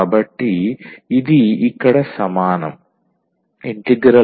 కాబట్టి ఇది ఇక్కడ సమానం